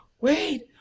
wait